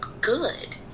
good